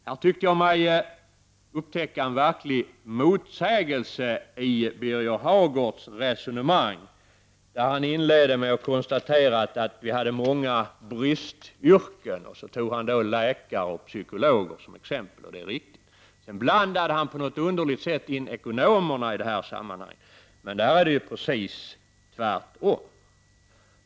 Jag tycker mig upptäcka en verklig motsägelse i Birger Hagårds resonemang, där han inleder med att konstatera att det finns många bristyrken, t.ex. läkare och psykologer. Sedan blandar han på något underligt sätt in ekonomerna, men där är det precis tvärtom.